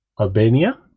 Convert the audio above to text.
Albania